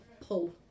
Pull